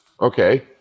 Okay